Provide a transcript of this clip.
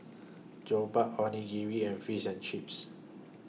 Jokbal Onigiri and Fish and Chips